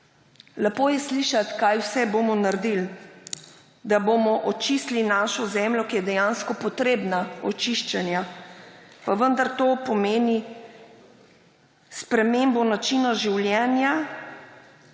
Lepo je slišati, kaj vse bomo naredili, da bomo očistili našo zemljo, ki je dejansko potrebna očiščenja, pa vendar to pomeni spremembo načina življenja,